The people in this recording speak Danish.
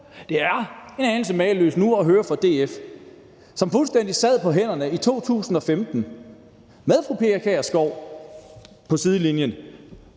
Det er en anelse mageløst nu at høre fra DF, som fuldstændig sad på hænderne i 2015 med fru Pia Kjærsgaard på sidelinjen